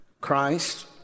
Christ